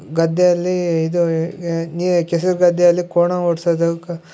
ಗದ್ದೆಯಲ್ಲಿ ಇದು ಏ ಏ ನೀ ಕೆಸರು ಗದ್ದೆಯಲ್ಲಿ ಕೋಣ ಓಡ್ಸೋದು ಕ